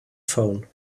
phone